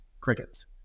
Crickets